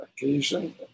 occasion